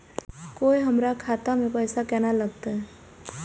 कोय हमरा खाता में पैसा केना लगते?